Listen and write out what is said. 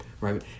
right